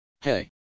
Hey